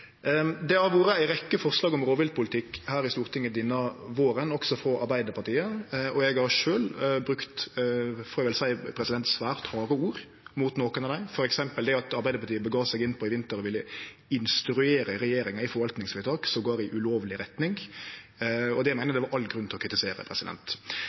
Det har vore ei rekkje forslag om rovviltpolitikk her i Stortinget denne våren, også frå Arbeidarpartiet. Eg har sjølv brukt svært harde ord, får eg vel seie, mot nokre av dei, f.eks. at Arbeidarpartiet i vinter gav seg inn på å ville instruere regjeringa i forvaltingsvedtak som går i ulovleg retning. Det meiner